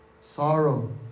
sorrow